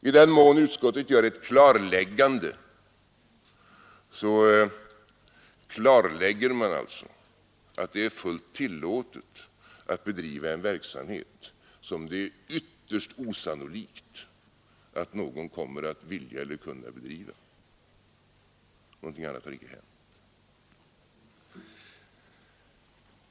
I den mån utskottet gör ett klarläggande, klarlägger det alltså att det är fullt tillåtet att bedriva en verksamhet som det är ytterst osannolikt att någon kommer att vilja eller kunna bedriva. Någonting annat har inte hänt.